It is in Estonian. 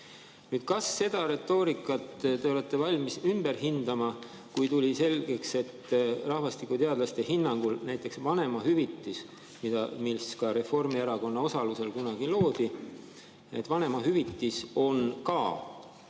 Kas seda retoorikat te olete valmis ümber hindama, kui tuli ilmsiks, et rahvastikuteadlaste hinnangul näiteks vanemahüvitis, mis ka Reformierakonna osalusel kunagi loodi – et vanemahüvitis on ka